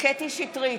קטי קטרין שטרית,